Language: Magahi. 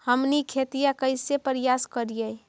हमनी खेतीया कइसे परियास करियय?